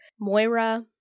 moira